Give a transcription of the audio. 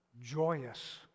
Joyous